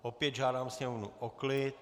Opět žádám sněmovnu o klid.